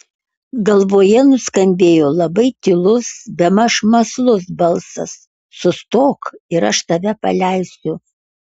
galvoje nuskambėjo labai tylus bemaž mąslus balsas sustok ir aš tave paleisiu